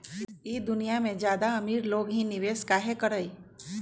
ई दुनिया में ज्यादा अमीर लोग ही निवेस काहे करई?